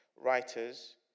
writers